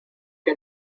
que